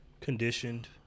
conditioned